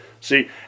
See